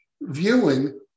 viewing